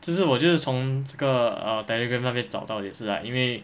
其实我就是从这个 err telegram 那边找到也是 like 因为